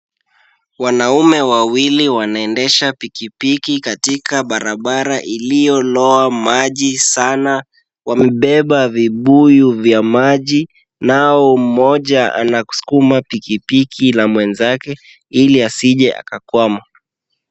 Wanaume wawili wanaendesha pikipiki katika barabara iliyolowa maji sana. Wamebeba vibuyu vya maji, nao mmoja anasukuma pikipiki la mwenzake ili asije akakwama.